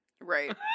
Right